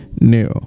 new